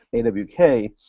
a w k,